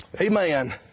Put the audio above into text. Amen